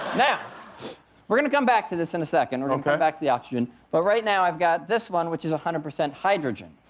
now we're going to come back to this in a second. we're gonna back to the oxygen. but right now i've got this one, which is one hundred percent hydrogen.